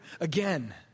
again